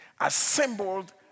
Assembled